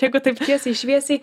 jeigu taip tiesiai šviesiai